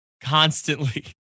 Constantly